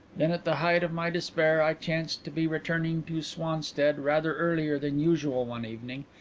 then, at the height of my despair, i chanced to be returning to swanstead rather earlier than usual one evening,